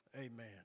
amen